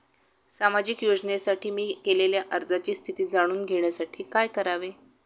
सामाजिक योजनेसाठी मी केलेल्या अर्जाची स्थिती जाणून घेण्यासाठी काय करावे?